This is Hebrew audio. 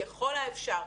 ככל האפשר.